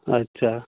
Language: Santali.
ᱟᱪᱪᱷᱟ